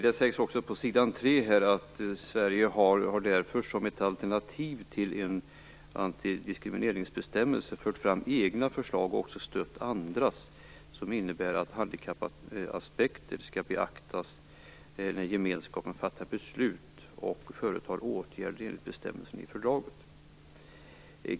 Det sägs på s. 3 att Sverige som ett alternativ till en antidiskrimineringsbestämmelse fört fram egna förslag och också stött andras som innebär att handikappaspekter skall beaktas när gemenskapen fattar beslut och vidtar åtgärder enligt bestämmelsen i fördraget.